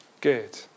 good